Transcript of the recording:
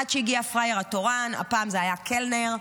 עד שהגיע הפראייר התורן, הפעם זה היה קלנר.